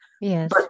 Yes